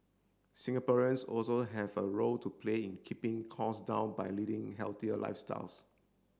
Singaporeans also have a role to play in keeping costs down by leading healthier lifestyles